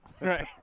Right